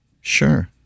Sure